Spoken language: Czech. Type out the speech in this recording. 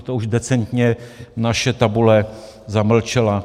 To už decentně naše tabule zamlčela.